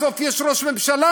בסוף יש ראש ממשלה,